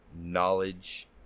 knowledge